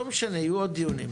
לא משנה, יהיו עוד דיונים.